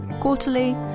quarterly